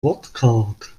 wortkarg